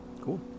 Cool